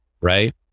right